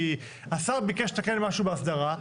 כי השר ביקש לתקן משהו בהסדרה,